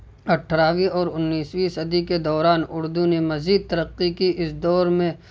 اٹھارہویں اور انیسویں صدی کے دوران اردو نے مزید ترقی کی اس دور میں